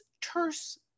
terse